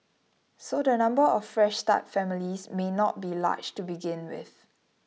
so the number of Fresh Start families may not be large to begin with